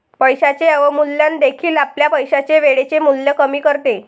पैशाचे अवमूल्यन देखील आपल्या पैशाचे वेळेचे मूल्य कमी करते